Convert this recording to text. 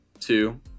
two